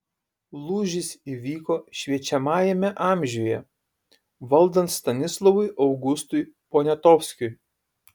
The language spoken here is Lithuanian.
lūžis įvyko šviečiamajame amžiuje valdant stanislovui augustui poniatovskiui